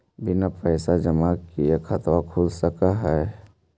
बिना पैसा जमा किए खाता खुल सक है?